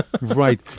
Right